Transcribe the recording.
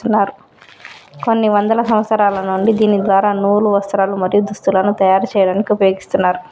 కొన్ని వందల సంవత్సరాల నుండి దీని ద్వార నూలు, వస్త్రాలు, మరియు దుస్తులను తయరు చేయాడానికి ఉపయోగిస్తున్నారు